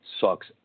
Sucks